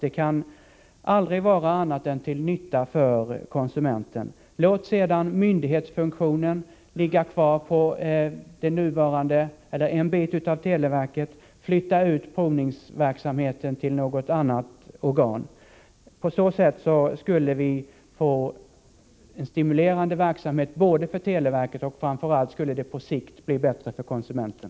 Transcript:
Det kan inte vara annat än till nytta för konsumenten. Låt sedan myndighetsfunktionen ligga kvar hos televerket, och flytta ut provningsverksamheten till något annat organ. På så sätt skulle vi få en stimulerande verksamhet för televerket och framför allt på sikt en bättre situation för konsumenten.